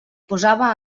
posava